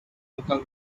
local